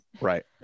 Right